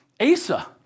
Asa